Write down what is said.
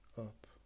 up